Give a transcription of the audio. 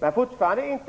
Men fortfarande talar